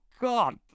God